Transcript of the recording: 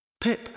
Pip